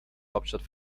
hauptstadt